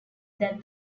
that